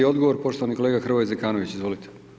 Odgovor, poštovani kolega Hrvoje Zekanović, izvolite.